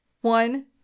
one